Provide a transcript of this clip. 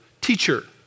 teacher